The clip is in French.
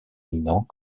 éminents